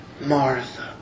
Martha